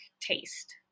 taste